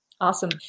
Awesome